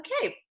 okay